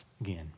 again